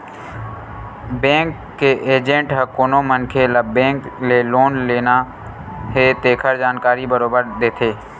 bank के agent ह कोनो मनखे ल बेंक ले लोन लेना हे तेखर जानकारी बरोबर देथे